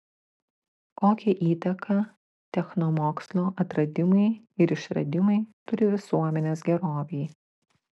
kokią įtaką technomokslo atradimai ir išradimai turi visuomenės gerovei